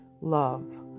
Love